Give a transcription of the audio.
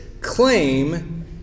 claim